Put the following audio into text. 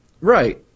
Right